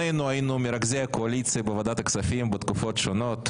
שנינו היינו מרכזי הקואליציה בוועדת הכספים בתקופות שונות,